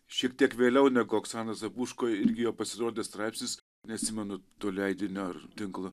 šiek tiek vėliau negu oksana zabuško irgi jo pasirodė straipsnis neatsimenu to leidinio ar tinklo